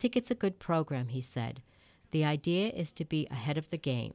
think it's a good program he said the idea is to be ahead of the game